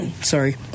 sorry